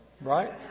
right